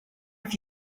have